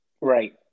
Right